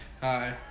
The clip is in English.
Hi